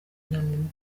namibiya